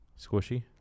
Squishy